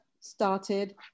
started